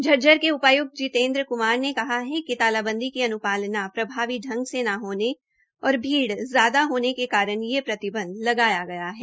झज्जर के उपायुक्त जितेन्द्र ने कहा कि तालाबंदी की अनुपालना प्रभावी ढंग न होने और भीड़ अधिक होने के कारण यह प्रतिबंध लगाया गया है